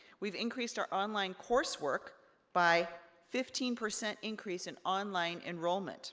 we've increased our online coursework by fifteen percent increase in online enrollment